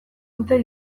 dute